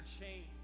change